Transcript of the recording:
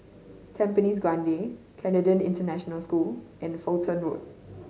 Tampines Grande Canadian International School and Fulton Road